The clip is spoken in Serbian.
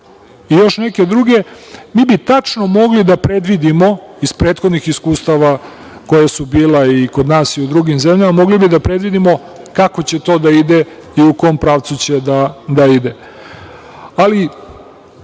i još neke druge, mi bi tačno mogli da predvidimo iz prethodnih iskustava koja su bila i kod nas i u drugim zemljama, mogli bi da predvidimo kako će to da ide i u kom pravcu će da ide.